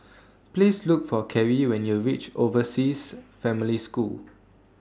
Please Look For Carrie when YOU REACH Overseas Family School